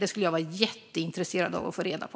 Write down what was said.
Det skulle jag vara jätteintresserad av att få reda på.